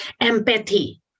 empathy